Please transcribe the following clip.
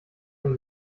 ein